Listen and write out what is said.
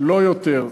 לא יותר.